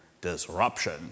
disruption